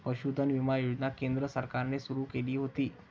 पशुधन विमा योजना केंद्र सरकारने सुरू केली होती